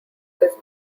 his